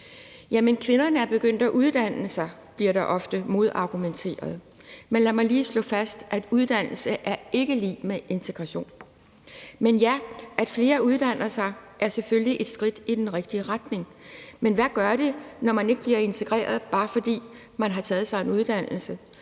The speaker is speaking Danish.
Jamen kvinderne er begyndt at uddanne sig, bliver der ofte modargumenteret. Men lad mig lige slå fast, at uddannelse ikke er lig med integration. Men ja, at flere uddanner sig, er selvfølgelig et skridt i den rigtige retning, men hvad gør det, når man ikke bliver integreret, bare fordi man har taget sig en uddannelse?